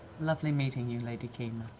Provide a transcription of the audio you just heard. lovely meeting you, lady kima.